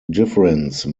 difference